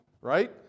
right